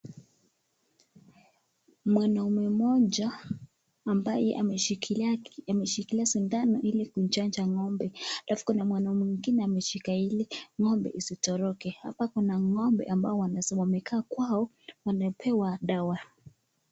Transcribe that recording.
Mwanaume mmoja ambaye ameshikilia sindano ili kumchanja ng'ombe. Alafu kuna mwanaume mwingine ameshika ili ng'ombe asitoroke. Hapa kuna ng'ombe ambao wamekaa kwao, wamepewa dawa.